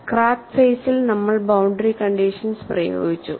crack ഫേസിൽ നമ്മൾ boundary conditions പ്രയോഗിച്ചു